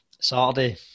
Saturday